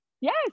Yes